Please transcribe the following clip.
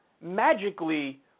magically